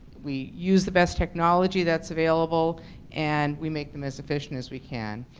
we use the best technology that's available and we make them as efficient as we can.